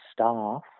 staff